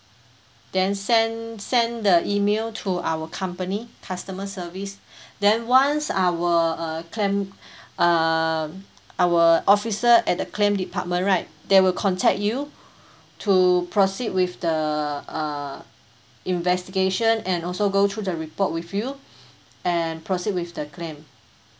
then send send the email to our company customer service then once our uh claim um our officer at the claim department right they will contact you to proceed with the uh investigation and also go through the report with you and proceed with the claim